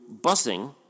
busing